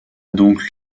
donc